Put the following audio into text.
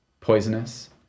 poisonous